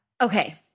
Okay